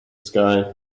sky